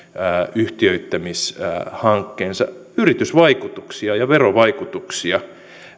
yhtiöittämishankkeensa yritysvaikutuksia ja verovaikutuksia